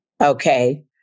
Okay